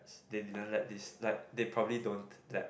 they didn't let this like they probably don't let